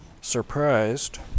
surprised